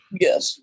yes